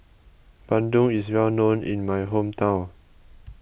Bandung is well known in my hometown